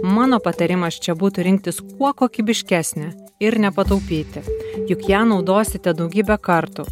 mano patarimas čia būtų rinktis kuo kokybiškesnę ir nepataupyti juk ją naudosite daugybę kartų